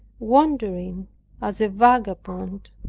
wandering as a vagabond.